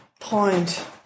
point